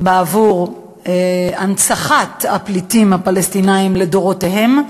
בעבור הנצחת הפליטים הפלסטינים לדורותיהם.